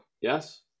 yes